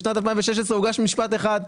בשנת 2016 הוגש משפט אחד,